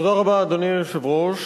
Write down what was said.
אדוני היושב-ראש,